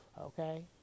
okay